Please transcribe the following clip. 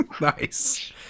Nice